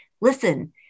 listen